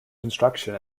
construction